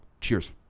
Cheers